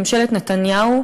ממשלת נתניהו,